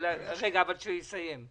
בנושא של החינוך